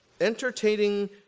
Entertaining